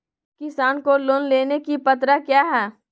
किसान को लोन लेने की पत्रा क्या है?